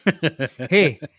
Hey